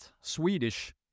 Swedish